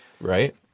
right